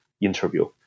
interview